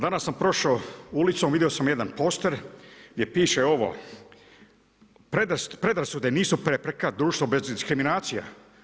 Danas sam prošao ulicom, vidio sam jedan poster gdje piše ovo: Predrasude nisu prepreka, društvo bez diskriminacija.